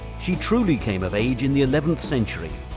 she truly came of age in the eleventh century,